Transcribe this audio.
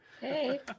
Hey